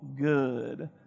good